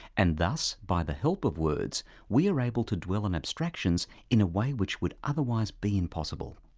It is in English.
and thus by the help of words we are able to dwell on abstractions in a way which would otherwise be impossible.